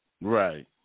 Right